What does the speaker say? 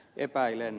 epäilen